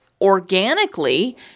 organically